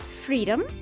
Freedom